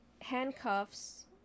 handcuffs